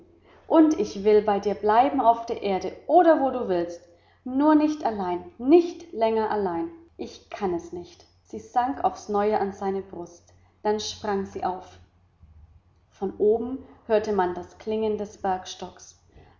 und ich will bei dir bleiben auf der erde oder wo du willst nur nicht allein nicht länger allein ich kann es nicht sie sank aufs neue an seine brust dann sprang sie auf von oben hörte man das klingen des